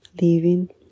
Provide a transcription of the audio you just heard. leaving